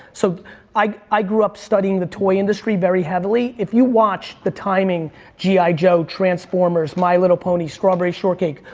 so i grew up studying the toy industry very heavily. if you watch the timing g i. joe, transformers, my little pony, strawberry shortcake,